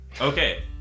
Okay